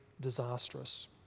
disastrous